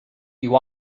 you